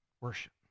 worship